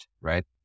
right